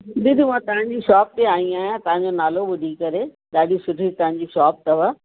दीदी मां तव्हांजी शॉप ते आई आहियां तव्हांजो नालो ॿुधी करे ॾाढी सुठी तव्हांजी शॉप अथव